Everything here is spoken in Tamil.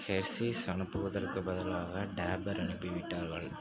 ஹெர்ஷீஸ் அனுப்புவதற்குப் பதிலாக டாபர் அனுப்பிவிட்டார்கள்